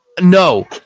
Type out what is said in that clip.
No